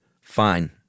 fine